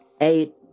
Eight